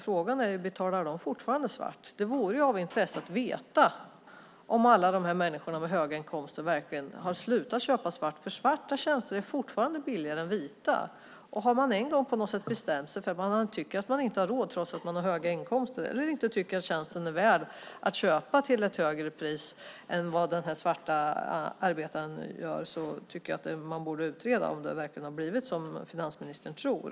Frågan är därför om de fortfarande betalar svart. Det vore av intresse att få veta om alla dessa människor med höga inkomster verkligen slutat köpa svarta tjänster. Svarta tjänster är nämligen fortfarande billigare än vita. Även om man en gång bestämt sig för att man inte tycker sig har råd, trots att man har höga inkomster, eller inte tycker att tjänsten är värd att köpa till ett högre pris än den svarta arbetaren begär, borde det utredas om det verkligen blivit som finansministern tror.